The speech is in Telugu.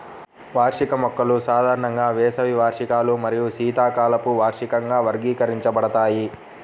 వార్షిక మొక్కలు సాధారణంగా వేసవి వార్షికాలు మరియు శీతాకాలపు వార్షికంగా వర్గీకరించబడతాయి